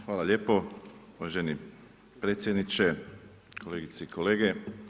Hvala lijepo uvaženi predsjedniče, kolegice i kolege.